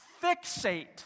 Fixate